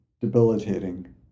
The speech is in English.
debilitating